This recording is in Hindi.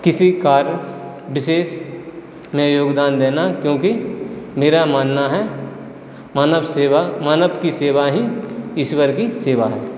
किसी कार्य विशेष में योगदान देना क्योंकि मेरा मानना है मानव सेवा मानव की सेवा ही ईश्वर की सेवा है